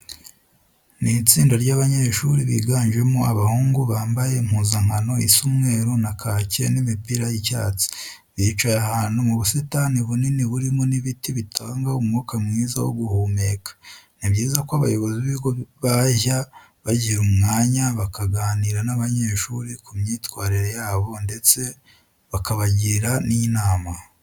Ni itsinda ry'abanyeshuri biganjemo abahungu, bambaye impuzankano isa umweru na kake n'imipira y'icyatsi. Bicaye ahantu mu busitani bunini burimo n'ibiti bitanga umwuka mwiza wo guhumeka. Ni byiza ko abayobozi b'ibigo bajya bagira umwanya bakaganira n'abanyeshuri ku myitwarire yabo ndetse bakabagira n'inama.